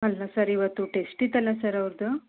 ಅಲ್ಲ ಸರ್ ಇವತ್ತು ಟೆಸ್ಟ್ ಇತ್ತಲ್ಲ ಸರ್ ಅವ್ರದ್ದು